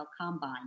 combine